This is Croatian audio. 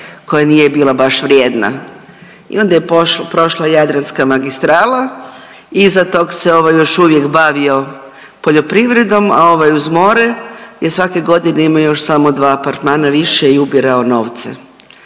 koja nije bila baš vrijedna. I onda je prošla Jadranska magistrala i iza tog se ovaj još uvijek bavio poljoprivredom, a ovaj uz more je svake godine imao još samo dva apartmana više. I to vam